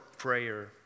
prayer